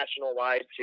national-wide